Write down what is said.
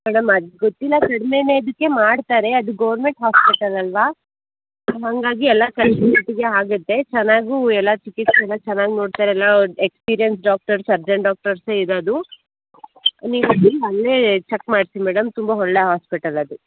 madam ಅದು ಗೊತ್ತಿಲ್ಲ ಕಡ್ಮೆಯೇ ಇದಕ್ಕೆ ಮಾಡ್ತಾರೆ ಅದು ಗೋರ್ಮೆಂಟ್ ಹಾಸ್ಪಿಟಲ್ ಅಲ್ಲವಾ ಹಾಗಾಗಿ ಎಲ್ಲ ಕಡಿಮೆ ರೇಟಿಗೆ ಆಗುತ್ತೆ ಚೆನ್ನಾಗೂ ಎಲ್ಲ ಚಿಕಿತ್ಸೆನ ಚೆನ್ನಾಗಿ ನೋಡ್ತಾರೆ ಎಲ್ಲ ಎಕ್ಸ್ಪೀರಿಯೆನ್ಸ್ ಡಾಕ್ಟರ್ ಸರ್ಜನ್ ಡಾಕ್ಟರ್ಸೇ ಇರೋದು ನೀವು ಹೋಗಿ ಅಲ್ಲೇ ಚೆಕ್ ಮಾಡಿಸಿ ಮೇಡಮ್ ತುಂಬ ಒಳ್ಳೆ ಹಾಸ್ಪಿಟಲ್ ಅದು